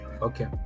okay